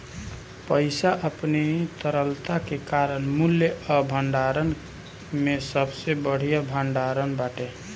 पईसा अपनी तरलता के कारण मूल्य कअ भंडारण में सबसे बढ़िया भण्डारण बाटे